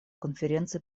конференции